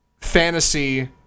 fantasy